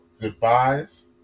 goodbyes